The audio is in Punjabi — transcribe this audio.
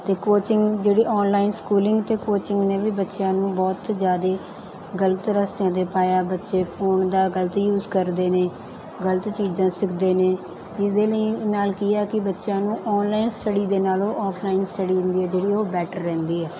ਅਤੇ ਕੋਚਿੰਗ ਜਿਹੜੀ ਔਨਲਾਈਨ ਸਕੂਲਿੰਗ ਅਤੇ ਕੋਚਿੰਗ ਨੇ ਵੀ ਬੱਚਿਆਂ ਨੂੰ ਬਹੁਤ ਜ਼ਿਆਦਾ ਗਲਤ ਰਸਤਿਆਂ 'ਤੇ ਪਾਇਆ ਬੱਚੇ ਫੋਨ ਦਾ ਗਲਤ ਯੂਜ ਕਰਦੇ ਨੇ ਗਲਤ ਚੀਜ਼ਾਂ ਸਿੱਖਦੇ ਨੇ ਇਸਦੇ ਨੇ ਨਾਲ ਕੀ ਹੈ ਕਿ ਬੱਚਿਆਂ ਨੂੰ ਔਨਲਾਈਨ ਸਟੱਡੀ ਦੇ ਨਾਲੋਂ ਆਫਲਾਈਨ ਸਟੱਡੀ ਹੁੰਦੀ ਹੈ ਜਿਹੜੀ ਉਹ ਬੈਟਰ ਰਹਿੰਦੀ ਹੈ